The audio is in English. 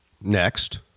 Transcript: next